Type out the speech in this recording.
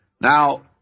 Now